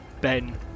Ben